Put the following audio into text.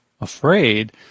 afraid